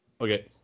Okay